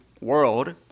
world